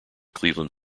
cleveland